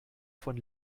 von